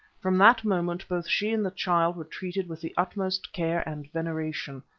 from that moment both she and the child were treated with the utmost care and veneration,